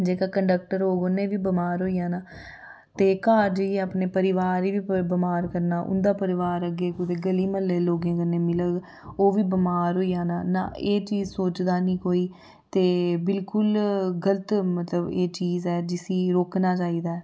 जेह्का कंडक्टर होग उ'नें बी बमार होई जाना ते घर जाइयै अपने परिवार गी बी बमार करना उं'दा परिवार अग्गें कुतै ग'ली म्हल्लें दे लोकें कन्नै मिलग ओह् बी बमार होई जाना ना एह् चीज सोचदा निं कोई ते बिलकुल गलत मतलब एह् चीज़ ऐ जिसी रोकना चाहिदा ऐ